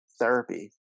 Therapy